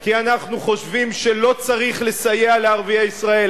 כי אנחנו חושבים שלא צריך לסייע לערביי ישראל,